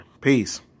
Peace